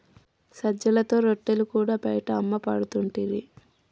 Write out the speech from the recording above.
సజ్జలతో రొట్టెలు కూడా బయట అమ్మపడుతుంటిరి